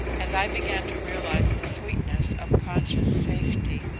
as i began to realize the sweetness of conscious safety,